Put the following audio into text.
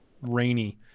rainy